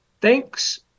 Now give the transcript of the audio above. Thanks